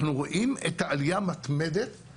אנחנו רואים את העלייה המתמדת.